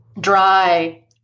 dry